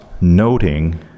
noting